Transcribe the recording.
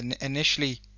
Initially